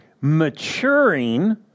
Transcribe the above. maturing